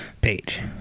page